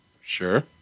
sure